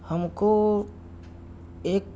ہم کو ایک